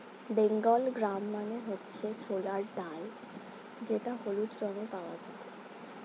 Bengal gram মানে হচ্ছে ছোলার ডাল যেটা হলুদ রঙে পাওয়া যায়